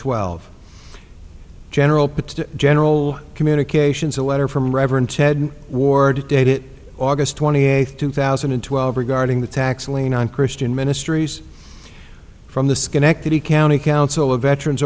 twelve general put to general communications a letter from reverend ted ward date it august twenty eighth two thousand and twelve regarding the tax lien on christian ministries from the schenectady county council of veterans